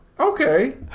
Okay